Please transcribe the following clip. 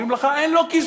אומרים לך: אין לו כיסוי,